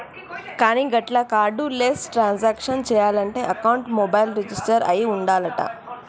కానీ గట్ల card less transaction చేయాలంటే అకౌంట్ మొబైల్ రిజిస్టర్ అయి ఉండాలంట